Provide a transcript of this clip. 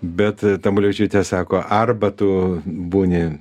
bet tamulevičiūtė sako arba tu būni